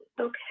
Okay